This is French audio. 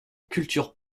culture